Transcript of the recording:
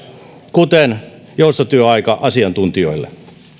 kuten joustotyöaika asiantuntijoille